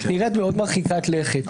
נראית מאוד מרחיקת לכת.